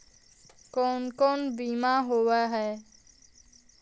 कोन कोन बिमा होवय है?